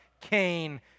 Cain